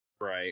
right